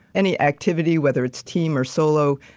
any activity, whether it's team or solo,